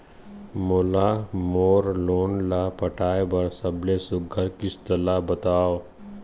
मोला मोर लोन ला पटाए बर सबले सुघ्घर किस्त ला बताव?